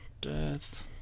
death